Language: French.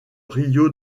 rio